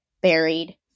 buried